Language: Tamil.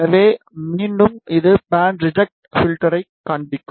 எனவே மீண்டும் அது பேண்ட் ரிஜெக்ட் பில்டர்யைக் காண்பிக்கும்